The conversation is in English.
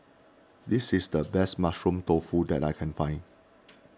this is the best Mushroom Tofu that I can find